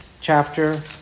chapter